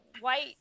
white